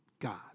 God